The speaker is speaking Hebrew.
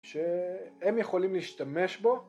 שהם יכולים להשתמש בו